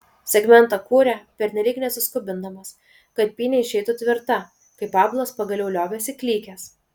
segmentą kūrė pernelyg nesiskubindamas kad pynė išeitų tvirta kai pablas pagaliau liovėsi klykęs